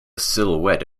silhouette